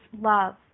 love